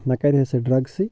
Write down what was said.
نَہ کَرِہے سُہ ڈرٛگسٕے